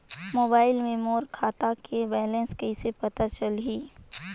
Mobile मे मोर खाता के बैलेंस कइसे पता चलही?